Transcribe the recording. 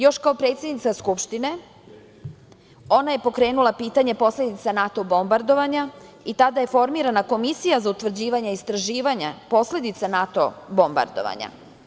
Još kao predsednica Skupštine ona je pokrenula pitanje posledica NATO bombardovanja i tada je formirana Komisija za utvrđivanje i istraživanje posledica NATO bombardovanja.